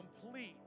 complete